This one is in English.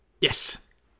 yes